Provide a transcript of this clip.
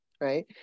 right